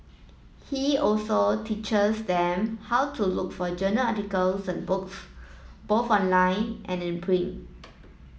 he also teaches them how to look for journal articles and books both online and in print